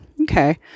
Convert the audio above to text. okay